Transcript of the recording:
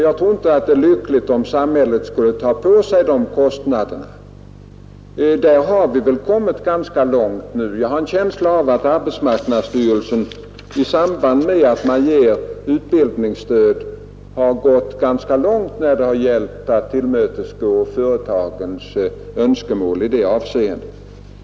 Det skulle inte vara lyckligt om samhället tog på sig dessa kostnader, men jag har en känsla av att arbetsmarknadsstyrelsen i samband med att den ger utbildningsstöd har gått ganska långt när det gällt att tillmötesgå företagens önskemål i detta avseende.